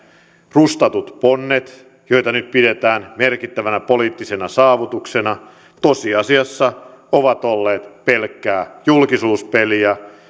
rustatut ponnet joita nyt pidetään merkittävänä poliittisena saavutuksena tosiasiassa ovat olleet pelkkää julkisuuspeliä on